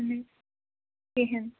اَہَن حظ کِہیٖنۍ